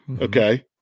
okay